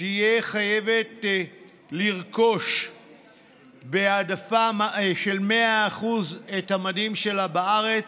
תהיה חייבת לרכוש בהעדפה של 100% את המדים שלה בארץ,